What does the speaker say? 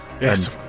yes